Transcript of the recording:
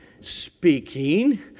speaking